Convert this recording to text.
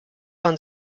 man